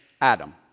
Adam